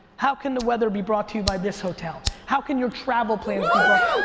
how can the weather be brought to you by this hotel? how can your travel plans be brought.